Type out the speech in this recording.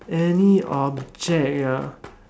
any object ah